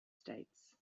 states